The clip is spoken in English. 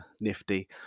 nifty